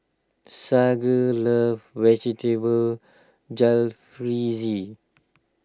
Sage loves Vegetable Jalfrezi